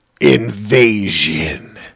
Invasion